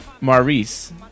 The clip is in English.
Maurice